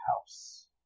house